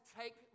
take